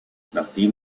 nachdem